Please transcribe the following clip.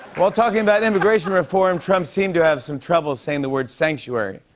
while talking about immigration reform, trump seemed to have some trouble saying the word sanctuary.